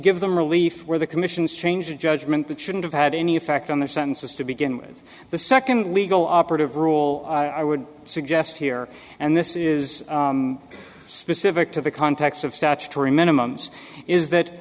give them relief where the commissions change a judgment that shouldn't have had any effect on the sentences to begin with the second legal operative rule i would suggest here and this is specific to the context of statutory minimum is that